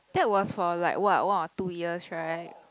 that was for like what one or two years right